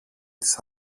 της